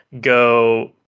Go